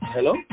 Hello